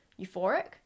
euphoric